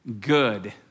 good